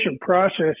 process